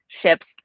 ships